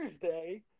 thursday